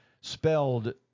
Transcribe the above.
spelled